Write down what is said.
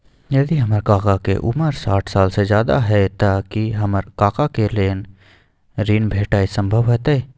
यदि हमर काका के उमर साठ साल से ज्यादा हय त की हमर काका के लेल ऋण भेटनाय संभव होतय?